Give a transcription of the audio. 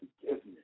forgiveness